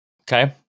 Okay